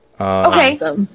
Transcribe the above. Okay